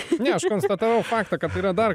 ne aš konstatavau faktą kad yra dar